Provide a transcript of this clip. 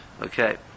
Okay